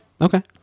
Okay